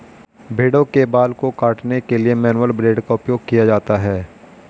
भेड़ों के बाल को काटने के लिए मैनुअल ब्लेड का उपयोग किया जाता है